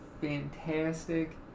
fantastic